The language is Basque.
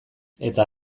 eta